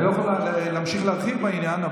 אני לא יכול להמשיך להרחיב בעניין,